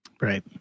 Right